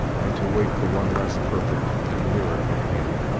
and to wait for one less perfect and nearer at hand.